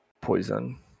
poison